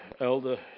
elder